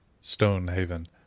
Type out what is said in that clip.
Stonehaven